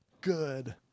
good